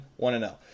1-0